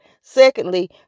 Secondly